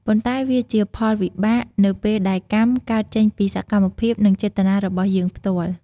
ប៉ុន្តែវាជាផលវិបាកនៅពេលដែលកម្ម កើតចេញពីសកម្មភាព និងចេតនារបស់យើងផ្ទាល់។